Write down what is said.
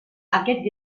aquest